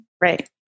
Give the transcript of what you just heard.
Right